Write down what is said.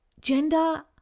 Gender